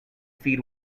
feed